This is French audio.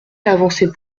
l’avancée